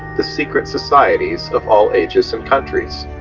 the secret societies of all ages and countries.